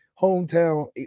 hometown